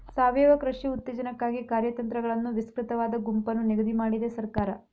ಸಾವಯವ ಕೃಷಿ ಉತ್ತೇಜನಕ್ಕಾಗಿ ಕಾರ್ಯತಂತ್ರಗಳನ್ನು ವಿಸ್ತೃತವಾದ ಗುಂಪನ್ನು ನಿಗದಿ ಮಾಡಿದೆ ಸರ್ಕಾರ